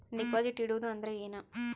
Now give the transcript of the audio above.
Deposit ಇಡುವುದು ಅಂದ್ರ ಏನ?